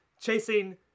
chasing